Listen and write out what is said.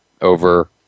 over